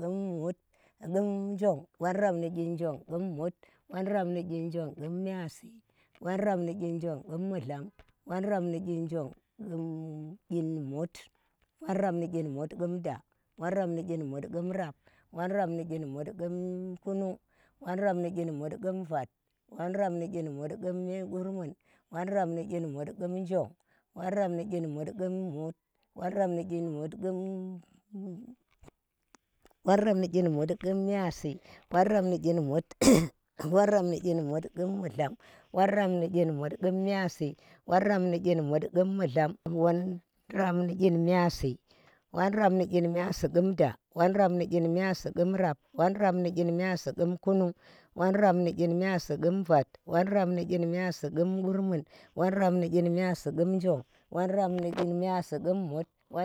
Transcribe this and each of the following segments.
Qum mut, qum njong, whon rap ni qin njong qum myayasi, whon rap ni qin njong qum mudlam, whon rap ni qin njong, qum mut, qim mut, whon rap ni qin jong qum da, whon rap ni qin njong qum mut, qim mut, whon rap ni qinqum, whon rap ni qinmut qum kuunung, whon rap ni qinmut qum qurmun, whon rap ni qinmut qinmut, whon rap ni qinmut qum njong, whon rap ni qinmut qum mut, whon rap ni qinmut qum, whon rap ni qinmut qum myiyasi, whon rap ni qinmut who rap ni qinmut qum mudlam, whom rap ni qin myiyasi. whom rap ni qin myiyasi qum rap, whom rap ni qin myiyasi qum kunung, whom rap ni qin myiyasi qum vat, whom rap ni qin myiyasi qum qurmun, whom rap ni qin myiyasi qum mudlam, whon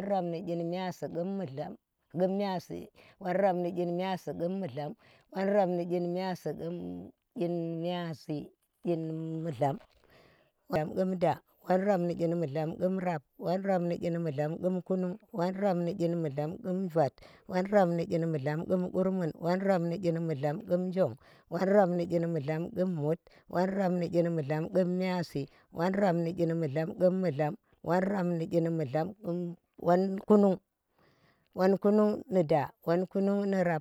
rap ni qin jong qum da, whon rap ni qin njong qum mut, qim mut, whon rap ni qinqum, whon rap ni qinmut qum kuunung, whon rap ni qinmut qum qurmun, whon rap ni qinmut qinmut, whon rap ni qinmut qum njong, whon rap ni qinmut qum mut, whon rap ni qinmut qum, whon rap ni qinmut qum qurmun, whon rap ni qin mudlam qum njong, whon rap ni qinmudlam qum mut, whon rap ni, whon rap ni qinmudlam qum myiyasi, whon rap ni qinmudlam whon rap ni qin mudlam qum whon kunung whon rap.